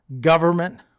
government